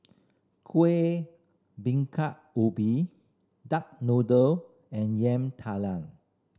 Kueh Bingka Ubi duck noodle and Yam Talam